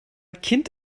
kind